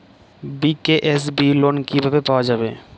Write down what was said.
BKSB loan কিভাবে পাওয়া যাবে?